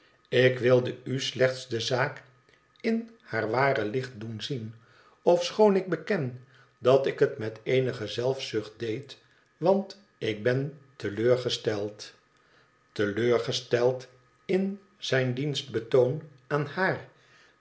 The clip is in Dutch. ik wilde u slechts de zaak in haar ware licht doen zien ofschoon ik beken dat ik het met eenige zelfzucht deed want ik ben te leur gesteld te leur gesteld in zijn dienstbetoon aan haar